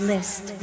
List